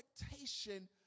expectation